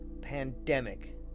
pandemic